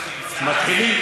מתחילים